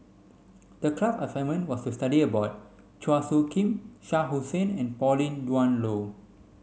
the class assignment was to study about Chua Soo Khim Shah Hussain and Pauline Dawn Loh